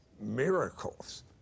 miracles